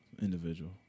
individual